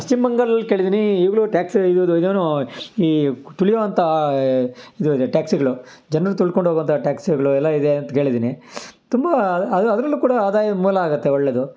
ಪಶ್ಚಿಮ ಬಂಗಾಲಲ್ಲಿ ಕೇಳಿದ್ದೀನಿ ಈಗಲೂ ಟ್ಯಾಕ್ಸಿ ಇದುದು ಇವನೂ ಈ ತುಳಿಯೋ ಅಂಥ ಇದು ಇದೆ ಟ್ಯಾಕ್ಸಿಗಳು ಜನರು ತುಳ್ಕೊಂಡೋಗೋ ಅಂಥ ಟ್ಯಾಕ್ಸಿಗಳು ಎಲ್ಲ ಇದೆ ಅಂತ ಕೇಳಿದ್ದೀನಿ ತುಂಬ ಅದು ಅದರಲ್ಲೂ ಕೂಡ ಆದಾಯದ ಮೂಲ ಆಗತ್ತೆ ಒಳ್ಳೆದು